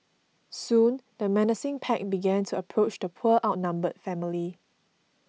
soon the menacing pack began to approach the poor outnumbered family